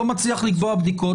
לא מצליח לקבוע בדיקות,